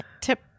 tip